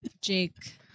Jake